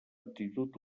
aptitud